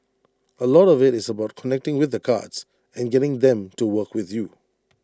A lot of IT is about connecting with the cards and getting them to work with you